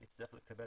נצטרך לקבל